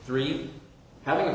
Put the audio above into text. three having